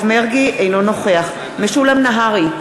אינו נוכח משולם נהרי,